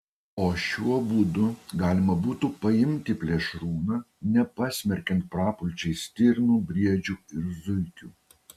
o šiuo būdu galima būtų paimti plėšrūną nepasmerkiant prapulčiai stirnų briedžių ir zuikių